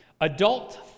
adult